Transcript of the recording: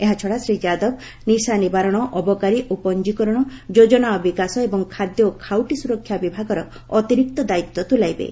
ଏହାଛଡା ଶ୍ରୀ ଯାଦବ ନିଶା ନିବାରଣ ଅବକାରୀ ଓ ଫଙ୍କୀକରଣ ଯୋଜନା ଓ ବିକାଶ ଏବଂ ଖାଦ୍ୟ ଓ ଖାଉଟୀ ସୁରକ୍ଷା ବିଭାଗର ଅତିରିକ୍ତ ଦାୟିତ୍ୱ ତୁଲାଇବେ